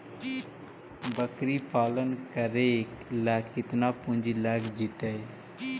बकरी पालन करे ल केतना पुंजी लग जितै?